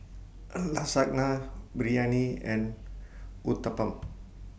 Lasagna Biryani and Uthapam